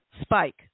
Spike